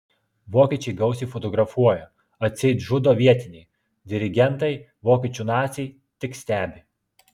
vokiečiai gausiai fotografuoja atseit žudo vietiniai dirigentai vokiečių naciai tik stebi